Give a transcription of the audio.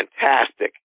fantastic